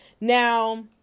Now